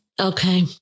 Okay